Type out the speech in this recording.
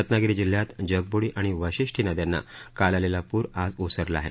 रत्नागिरी जिल्ह्यात जगब्डी आणि वाशिष्ठी नदयांना काल आलेला पूर आज ओसरला आहे